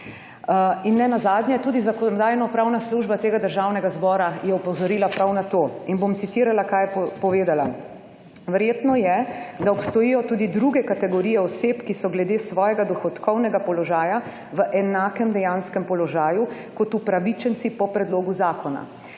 Nenazadnje tudi Zakonodajno-pravna služba tega Državnega zbora je opozorila prav na to in bom citirala kaj je povedala: »Verjetno je, da obstojijo tudi druge kategorije oseb, ki so glede svojega dohodkovnega položaja v enakem dejanskem položaju kot upravičenci po predlogu zakona